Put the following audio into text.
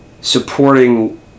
supporting